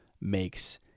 makes